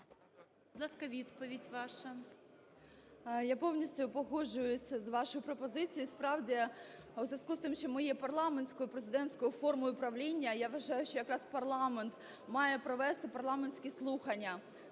Я повністю погоджуюся з вашою пропозицією. Справді, у зв'язку з тим, що ми є парламентсько-президентською формою управління, я вважаю, що якраз парламент має провести парламентські слухання.